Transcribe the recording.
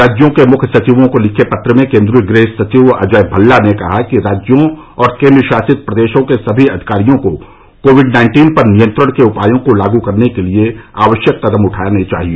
राज्यों के मुख्य सचिवों को लिखे पत्र में केंद्रीय गृह सचिव अजय भल्ला ने कहा कि राज्यों और केंद्र शासित प्रदेशों के सभी अधिकारियों को कोविड नाइन्टीन पर नियंत्रण के उपायों को लागू करने के लिए आवश्यक कदम उठाने चाहिए